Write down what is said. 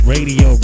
Radio